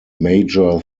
major